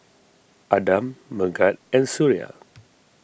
Adam Megat and Suria